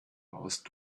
baust